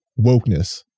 wokeness